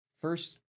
First